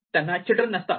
त्यांना चिल्ड्रन नसतात